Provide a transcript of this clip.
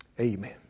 amen